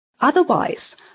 Otherwise